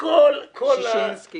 שישינסקי